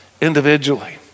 individually